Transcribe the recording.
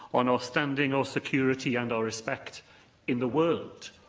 on our standing, our security and our respect in the world.